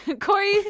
Corey